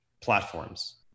platforms